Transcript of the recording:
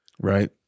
Right